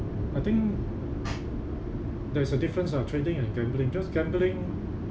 I think there is a difference ah trading and gambling just gambling